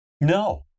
No